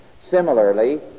Similarly